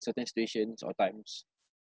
certain stations or times